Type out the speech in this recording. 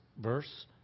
verse